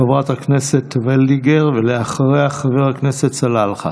חברת הכנסת וולדיגר, ואחריה, חבר הכנסת סלאלחה.